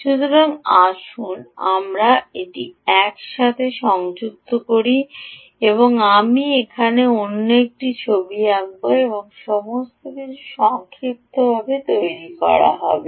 সুতরাং আসুন আমরা এটি একসাথে সংযুক্ত করি আমি এখানে অন্য একটি ছবি আঁকব এবং সমস্ত কিছু সংক্ষিপ্তভাবে তৈরি করা হবে